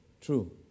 true